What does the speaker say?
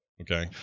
Okay